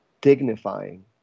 dignifying